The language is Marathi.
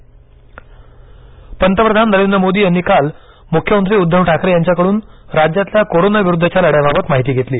पंतप्रधान मख्यमंत्री पंतप्रधान नरेंद्र मोदी यांनी काल मुख्यमंत्री उद्धव ठाकरे यांच्याकडून राज्यातल्या कोरोना विरुद्धच्या लढ्याबाबत माहिती घेतली